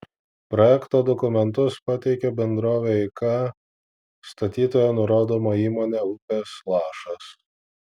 projekto dokumentus pateikė bendrovė eika statytoja nurodoma įmonė upės lašas